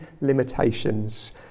limitations